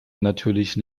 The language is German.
natürlichen